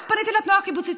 אז פניתי לתנועה הקיבוצית.